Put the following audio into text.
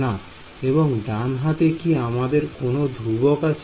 না এবং ডান হাতে কি আমাদের কোনো ধ্রুবক আছে